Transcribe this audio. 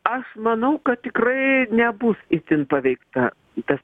aš manau kad tikrai nebus itin paveikta tas